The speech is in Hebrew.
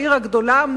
העיר הגדולה,